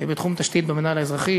בתחום תשתית במינהל האזרחי